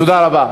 תודה רבה.